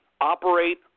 operate